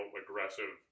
aggressive